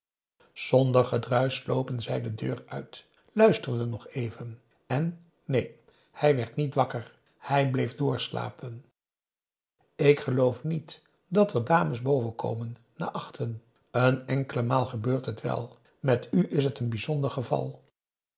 zonder gedruisch slopen zij de deur uit luisterden nog even en neen hij werd niet wakker hij bleef doorslapen ik geloof niet dat er dames boven komen na achten n enkele maal gebeurt het wel met u is het een bijzonder geval